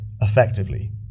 effectively